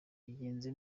bigenze